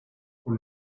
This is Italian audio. con